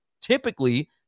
typically